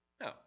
No